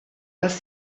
dass